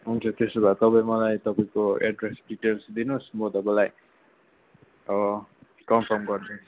हुन्छ त्यसो भए तपाईँ मलाई तपाईँको एड्रेस डिटेल्स दिनुहोस् म तपाईँलाई कन्फर्म गरिदिन्छु